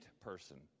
person